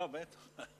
אה, בטח.